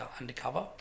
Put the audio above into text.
undercover